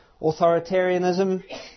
authoritarianism